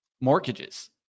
mortgages